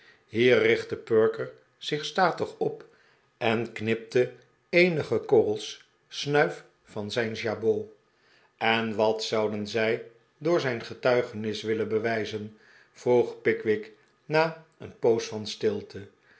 hier richtte perker zich statig op en knipte eenige korrels snuif van zijn jabot en wat zouden zij door zijn getuigenis willen bewijzen vroeg pickwick na een poos van stilte